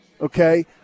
Okay